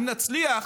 אם נצליח,